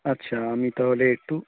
আচ্ছা আমি তাহলে একটু